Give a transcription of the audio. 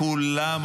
כולם,